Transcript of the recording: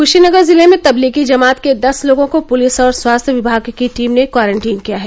कुशीनगर जिले में तबलीगी जमात के दस लोगों को पुलिस और स्वास्थ्य विभाग की टीम ने क्वारंटीन किया है